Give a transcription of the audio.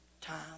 time